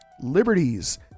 liberties